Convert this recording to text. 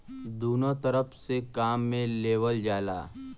दुन्नो तरफ से काम मे लेवल जाला